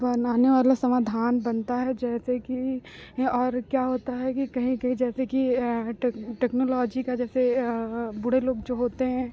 बनाने वाला समाधान बनता है जैसे कि हें और क्या होता है कि कहीं कहीं जैसे कि टेक्नोलॉजी का जैसे बूढ़े लोग जो होते हैं